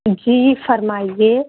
جی فرمائیے